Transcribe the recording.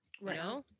Right